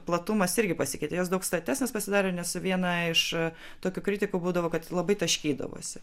platumas irgi pasikeitė jos daug statesnės pasidarė nes viena iš tokių kritikų būdavo kad labai taškydavosi